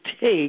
take